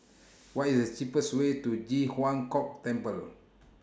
What IS The cheapest Way to Ji Huang Kok Temple